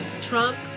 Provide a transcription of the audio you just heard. Trump